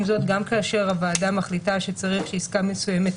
עם זאת, גם כאשר הוועדה מחליטה שצריך שעסקה מסוימת